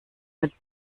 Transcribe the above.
mit